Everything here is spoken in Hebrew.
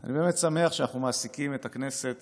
אני באמת שמח שאנחנו מעסיקים את הכנסת